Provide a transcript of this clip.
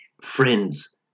friends